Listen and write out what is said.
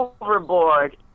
overboard